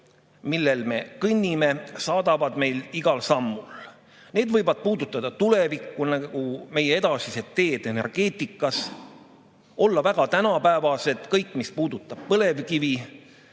mille kohal me kõnnime, saadavad meid igal sammul. Need võivad puudutada tulevikku, nagu meie edasised teed energeetikas, või olla väga tänapäevased – kõik, mis puudutab põlevkivi